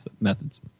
methods